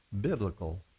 biblical